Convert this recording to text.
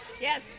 Yes